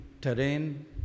terrain